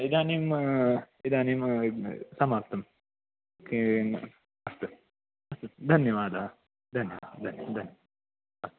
इदानीं इदानीं समाप्तं केन अस्तु धन्यवाद धन्यवाद धन्यवाद धन्य अस्तु